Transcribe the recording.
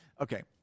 Okay